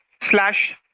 slash